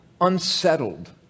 unsettled